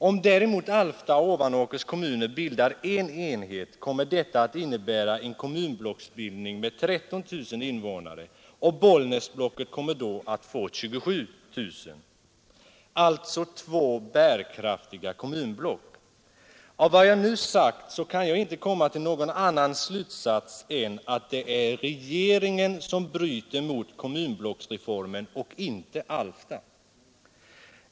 Om däremot Alfta och Ovanåkers kommuner bildar en enhet, kommer detta att innebära en kommunblocksbildning med 13 000 invånare, och Bollnäsblocket kommer då att få 27 000 invånare. Det blir alltså två bärkraftiga kommunblock. Av vad jag nu sagt kan man inte komma till någon annan slutsats än att det är regeringen som bryter mot kommunblocksreformen och inte Alfta.